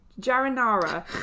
Jaranara